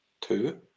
two